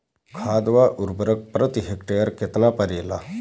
खाद व उर्वरक प्रति हेक्टेयर केतना परेला?